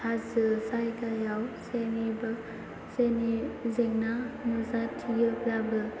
हाजो जायगायाव जेनिबो जेनि जेंना नुजाथियोब्लाबो